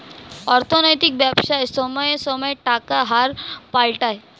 অর্থনৈতিক ব্যবসায় সময়ে সময়ে টাকার হার পাল্টায়